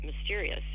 mysterious